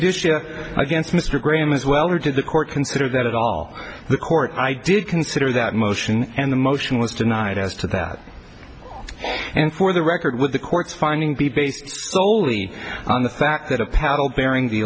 this ship against mr graham as well or to the court consider that all the court i did consider that motion and the motion was tonight as to that and for the record with the court's finding be based soley on the fact that a paddle bearing the